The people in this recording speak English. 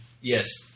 Yes